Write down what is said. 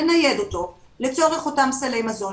לנייד אותו לצורך אותם סלי מזון,